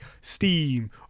Steam